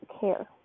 care